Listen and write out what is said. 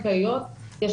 האם